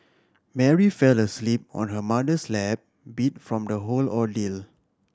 Mary fell asleep on her mother's lap beat from the whole ordeal